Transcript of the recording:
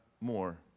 more